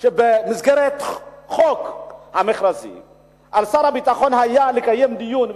שעל שר הביטחון היה לקיים דיון,